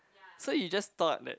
so you just thought that